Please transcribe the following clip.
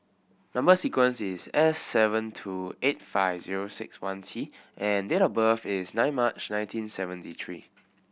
number sequence is S seven two eight five zero six one T and date of birth is nine March nineteen seventy three